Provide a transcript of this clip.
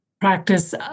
practice